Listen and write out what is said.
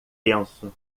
penso